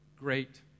great